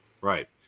Right